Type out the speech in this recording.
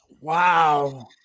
Wow